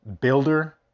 builder